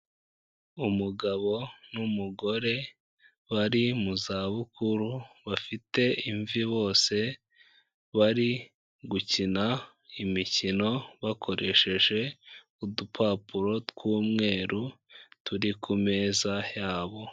Umugabo n'umugore bari mu zabukuru, bafite imvi bose; bari gukina imikino bakoresheje udupapuro tw'umweru, turi ku meza yabo.